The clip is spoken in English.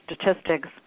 statistics